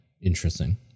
Interesting